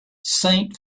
saint